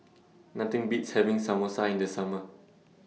Nothing Beats having Samosa in The Summer